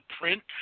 print